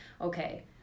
okay